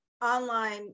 online